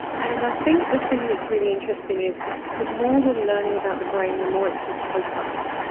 and i think the thing that's really interesting is the more we are learning about the brain, the more it can help us.